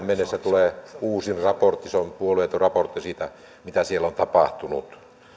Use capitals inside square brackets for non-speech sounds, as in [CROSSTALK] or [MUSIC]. [UNINTELLIGIBLE] mennessä tulee uusi raportti se on puolueeton raportti siitä mitä siellä on tapahtunut